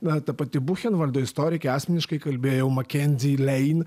na ta pati buchenvaldo istorikė asmeniškai kalbėjau makenzis lein